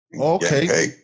Okay